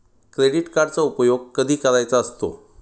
Credit कार्डचा उपयोग कधी करायचा असतो?